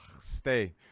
Stay